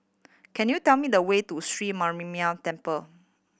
can you tell me the way to Sri Mariamman Temple